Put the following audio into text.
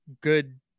good